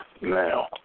now